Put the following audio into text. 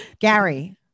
Gary